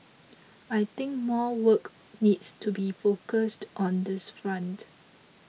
I think more work needs to be focused on this front